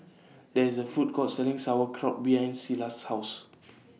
There IS A Food Court Selling Sauerkraut behind Silas' House